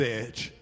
edge